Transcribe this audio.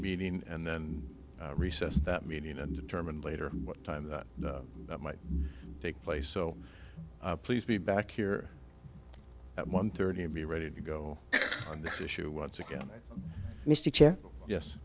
meeting and then recess that meeting and determine later what time that that might take place so please be back here at one thirty and be ready to go on this issue once again yes